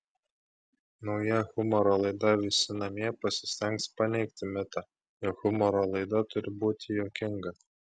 nauja humoro laida visi namie pasistengs paneigti mitą jog humoro laida turi būti juokinga